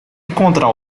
encontrar